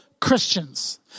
Christians